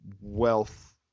wealth